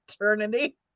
eternity